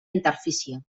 interfície